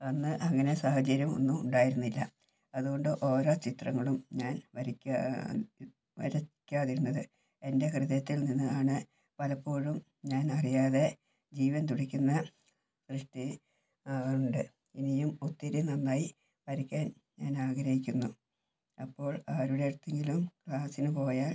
അന്ന് അങ്ങനെ സാഹചര്യം ഒന്നും ഉണ്ടായിരുന്നില്ല അതുകൊണ്ട് ഓരോ ചത്രങ്ങളും ഞാൻ വരയ്ക്കാ വരയ്ക്കാതിരുന്നത് എൻ്റെ ഹൃദയത്തിൽ നിന്ന് ആണ് പലപ്പോഴും ഞാൻ അറിയാതെ ജീവൻ തുടിക്കുന്ന സൃഷ്ടി ഉണ്ട് ഇനിയും ഒത്തിരി നന്നായി വരയ്ക്കാൻ ഞാൻ ആഗ്രഹിക്കുന്നു അപ്പോൾ ആരുടെ അടുത്തെങ്കിലും ക്ലാസിന് പോയാൽ